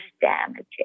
damaging